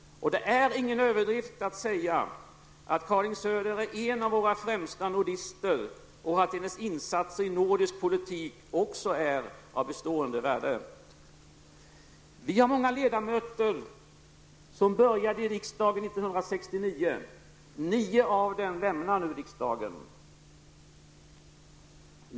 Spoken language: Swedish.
Det är ingen överdrift att säga att Karin Söder är en av våra främsta nordister och att hennes insatser i nordisk politik också är av bestående värde. Vi har många ledamöter som började i riksdagen 1969. Nio av dem lämnar nu riksdagen.